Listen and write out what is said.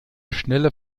schnelle